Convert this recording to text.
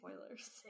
spoilers